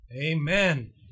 Amen